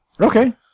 Okay